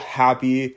happy